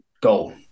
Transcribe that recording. goal